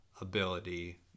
ability